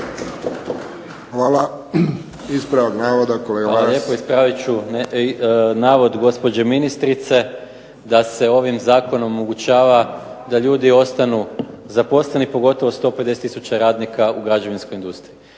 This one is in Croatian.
**Maras, Gordan (SDP)** Hvala lijepo. Ispravit ću navod gospođe ministrice da se ovim Zakonom omogućava da ljudi ostanu zaposleni pogotovo 150 tisuća radnika u građevinskoj industriji.